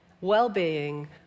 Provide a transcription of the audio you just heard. well-being